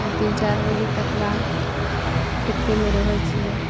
तीन चारि बजे तक लए खेत्तेमे रहै छियै